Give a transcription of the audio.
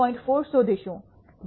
4 શોધીશું